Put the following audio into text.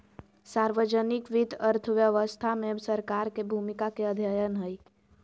सार्वजनिक वित्त अर्थव्यवस्था में सरकार के भूमिका के अध्ययन हइ